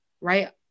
right